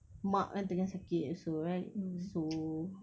mak kan tengah sakit also right so